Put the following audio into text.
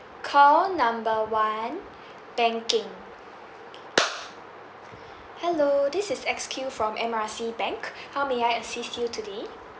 call number one banking hello this is X Q from M R C bank how may I assist you today